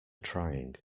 trying